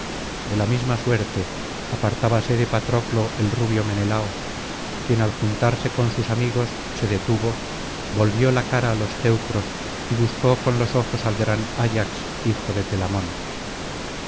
de la misma suerte apartábase de patroclo el rubio menelao quien al juntarse con sus amigos se detuvo volvió la cara á los teucros y buscó con los ojos al gran ayax hijo de telamón